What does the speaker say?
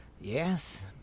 Yes